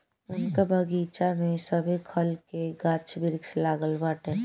उनका बगइचा में सभे खल के गाछ वृक्ष लागल बाटे